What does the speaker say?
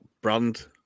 brand